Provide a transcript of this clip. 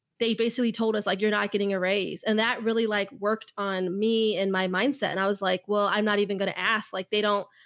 they basically told us like, you're not getting a raise. and that really like worked on me in my mindset. and i was like, well, i'm not even gonna ask like they don't,